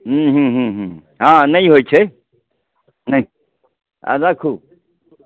हूँ हूँ हूँ हूँ हँ नहि होय छै नहि आ राखू